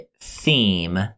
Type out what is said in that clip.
theme